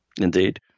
Indeed